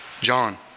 John